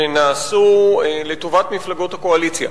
שנעשו לטובת מפלגת הקואליציה.